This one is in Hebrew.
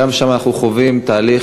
גם שם אנחנו חווים תהליך